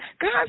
God